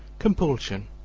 compulsion,